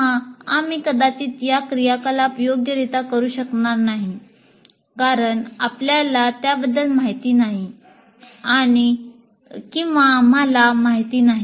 किंवा आम्ही कदाचित या क्रियाकलाप योग्यरित्या करू शकणार नाही कारण आपल्याला त्याबद्दल माहिती नाही किंवा आम्हाला माहित नाही